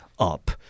up